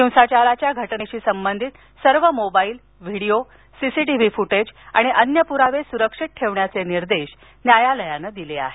हिंसाचाराच्या घटनेशी संबंधित सर्व मोबाइल व्हिडिओ सीसीटीव्ही फुटेज आणि अन्य पुरावे सुरक्षित ठेवण्याचे निर्देश न्यायालयानं दिले आहेत